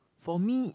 for me